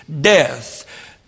death